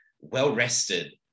well-rested